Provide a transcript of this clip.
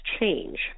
change